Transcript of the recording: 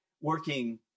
working